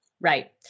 Right